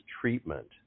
treatment